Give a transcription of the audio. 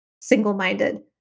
single-minded